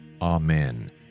Amen